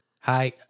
hi